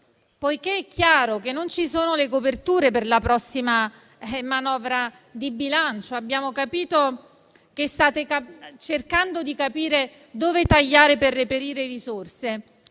Poiché è chiaro che non ci sono le coperture per la prossima manovra di bilancio e abbiamo capito che state cercando di capire dove tagliare per reperire risorse,